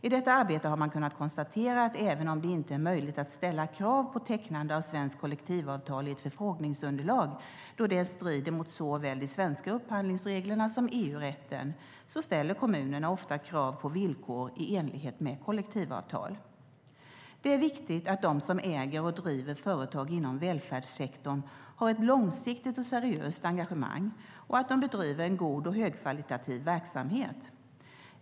I detta arbete har man kunnat konstatera att även om det inte är möjligt att ställa krav på tecknande av svenskt kollektivavtal i ett förfrågningsunderlag - då det strider mot såväl de svenska upphandlingsreglerna som EU-rätten - ställer kommunerna ofta krav på villkor i enlighet med kollektivavtal. Det är viktigt att de som äger och driver företag inom välfärdssektorn har ett långsiktigt och seriöst engagemang och att de bedriver en god och högkvalitativ verksamhet.